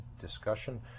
discussion